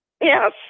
Yes